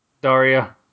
Daria